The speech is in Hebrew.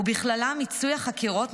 ובכללה מיצוי החקירות,